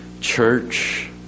church